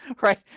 right